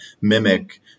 mimic